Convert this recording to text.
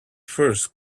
first